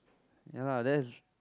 ya lah that's